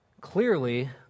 Clearly